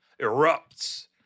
erupts